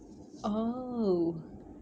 oh